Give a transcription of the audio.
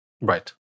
Right